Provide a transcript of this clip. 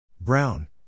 Brown